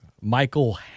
Michael